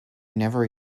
never